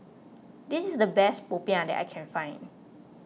this is the best Popiah that I can find